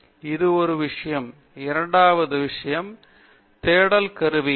விஸ்வநாதன் இது ஒரு விஷயம் இரண்டாவது விஷயம் தேடல் கருவி